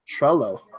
Trello